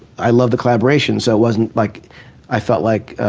i love the collaboration, so it wasn't like i felt like